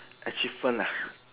achievement ah